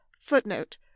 Footnote